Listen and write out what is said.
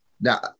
Now